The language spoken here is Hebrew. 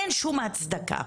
אין שום הצדקה.